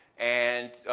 and